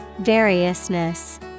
Variousness